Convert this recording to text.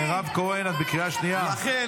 בית המשפט,